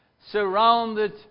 surrounded